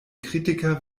kritiker